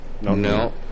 No